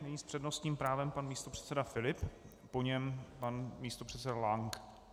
Nyní s přednostním právem pan místopředseda Filip, po něm pan místopředseda Lank.